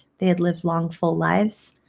they had lived long full lives.